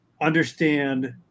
understand